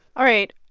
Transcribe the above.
all right.